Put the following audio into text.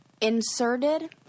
inserted